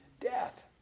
death